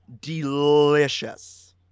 delicious